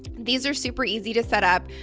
these are super easy to set up,